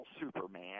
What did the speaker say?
superman